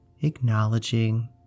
acknowledging